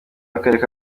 w’akarere